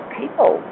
people